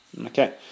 Okay